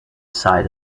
side